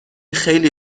خیلی